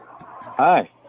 hi